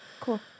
cool